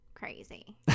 crazy